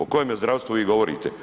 O kojemu zdravstvu vi govorite?